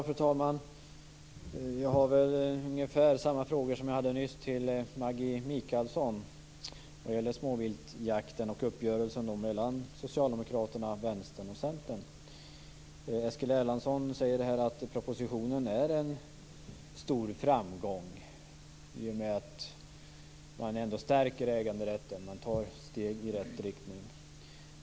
Fru talman! Jag har väl ungefär samma frågor nu som de jag nyss ställde till Maggi Mikaelsson vad gäller småviltjakten och uppgörelsen mellan Socialdemokraterna, Vänstern och Centern. Eskil Erlandsson säger här att propositionen är en stor framgång i och med att man ändå stärker äganderätten och tar steg i rätt riktning.